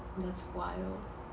that's wild